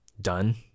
done